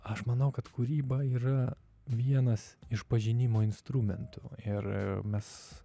aš manau kad kūryba yra vienas iš pažinimo instrumentų ir mes